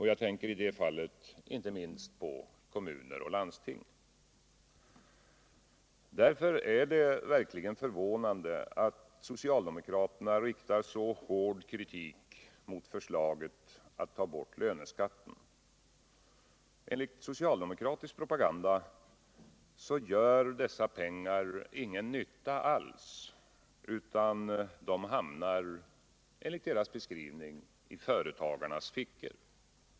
Jag tänker i det fallet inte minst på kommuner och landsting. Därför är det förvånande att socialdemokraterna riktar så hård kritik mot förslaget att ta bort löneskatten. Enligt socialdemokratisk propaganda gör dessa pengar ingen nytta i företagen utan hamnar i företagarnas fickor.